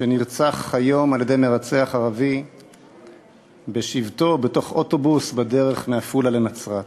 שנרצח היום על-ידי מרצח ערבי בשבתו בתוך אוטובוס בדרך מעפולה לנצרת.